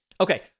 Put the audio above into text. Okay